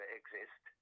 exist